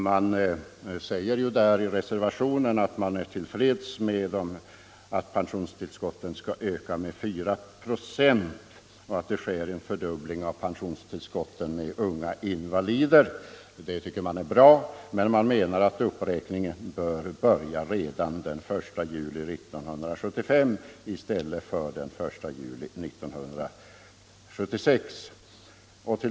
Det sägs i reservationen att man är till freds med att pensionstillskotten ökar med 4 procent och att det blir en fördubbling av pensionstillskotten för de förtidspensionerade. Men reservanterna menar att den uppräkningen bör göras redan fr.o.m. den 1 juli 1975 i stället för den 1 juli 1976.